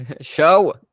show